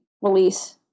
release